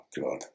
God